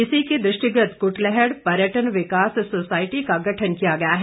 इसी के दृष्टिगत कुटलैहड़ पर्यटन विकास सोसायटी का गठन किया गया है